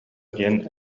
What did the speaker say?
диэн